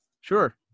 Sure